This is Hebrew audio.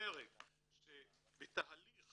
שבתהליך